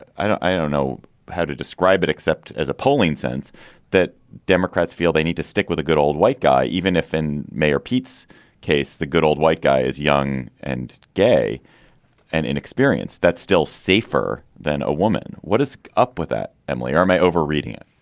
i don't i don't know how to describe it except as a polling sense that democrats feel they need to stick with a good old white guy, even if in mayor pete's case, the good old white guy is young and gay and inexperienced, that's still safer than a woman. what is up with that? emily, um rmi overreading it.